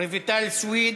רויטל סויד,